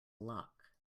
luck